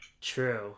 True